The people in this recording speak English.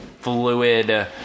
fluid